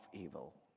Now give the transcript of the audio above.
evil